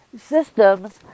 systems